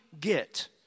get